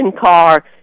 car